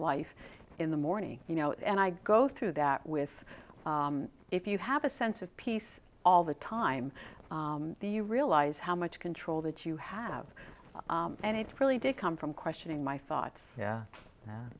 life in the morning you know and i go through that with if you have a sense of peace all the time do you realize how much control that you have and it really did come from questioning my thoughts yeah